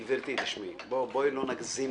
בואי לא נגזים.